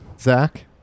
Zach